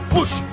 Push